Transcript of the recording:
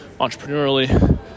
entrepreneurially